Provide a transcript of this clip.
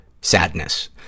sadness